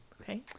Okay